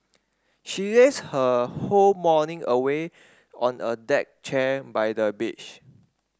she lazed her whole morning away on a deck chair by the beach